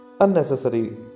unnecessary